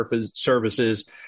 Services